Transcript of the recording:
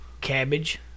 Cabbage